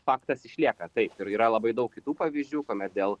faktas išlieka taip ir yra labai daug kitų pavyzdžių kuomet dėl